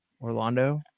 Orlando